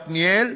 עתניאל,